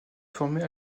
formée